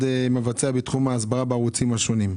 מבצע בתחום ההסברה בערוצים השונים.